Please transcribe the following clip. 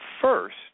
first